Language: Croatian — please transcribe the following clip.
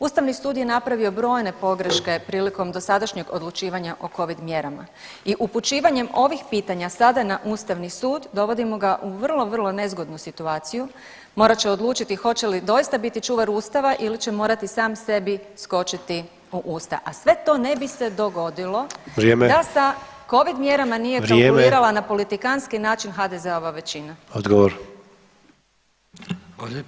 Ustavni sud je napravio brojne pogreške prilikom dosadašnjeg odlučivanja o covid mjerama i upućivanjem ovih pitanja sada na ustavni sud dovodimo ga u vrlo vrlo nezgodnu situaciju, morat će odlučiti hoće li doista biti čuvar ustava ili će morati sam sebi skočiti u usta, a sve to ne bi se dogodilo [[Upadica: Vrijeme]] da sa covid mjerama nije [[Upadica: Vrijeme]] kalkulirala na politikanski način HDZ-ova većina.